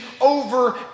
over